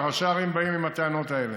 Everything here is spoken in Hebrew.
וראשי ערים באים עם הטענות האלה.